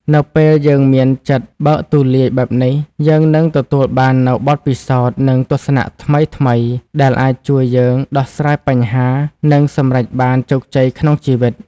នៅពេលយើងមានចិត្តបើកទូលាយបែបនេះ យើងនឹងទទួលបាននូវ បទពិសោធន៍ និងទស្សនៈថ្មីៗ ដែលអាចជួយយើងដោះស្រាយបញ្ហា និងសម្រេចបានជោគជ័យក្នុងជីវិត។